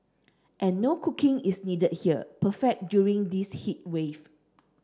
and no cooking is needed here perfect during this heat wave